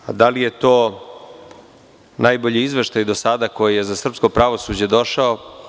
Da li je to najbolji izveštaj do sada koji je za srpsko pravosuđe došao?